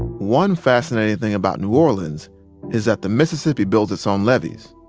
one fascinating thing about new orleans is that the mississippi built its own levees.